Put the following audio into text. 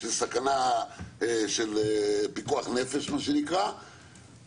זאת סכנת פיקוח נפש מה שנקרא,